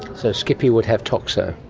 so skippy would have toxo.